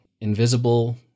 invisible